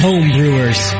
Homebrewers